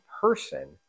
person